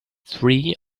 three